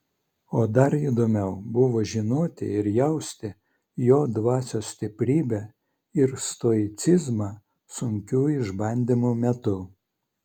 o dar įdomiau buvo žinoti ir jausti jo dvasios stiprybę ir stoicizmą sunkių išbandymų metu